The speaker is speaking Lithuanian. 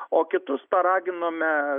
o kitus paraginome